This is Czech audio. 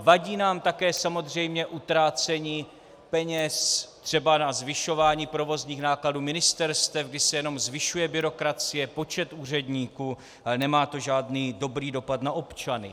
Vadí nám také samozřejmě utrácení peněz třeba na zvyšování provozních nákladů ministerstev, kdy se jenom zvyšuje byrokracie, počet úředníků, ale nemá to žádný dobrý dopad na občany.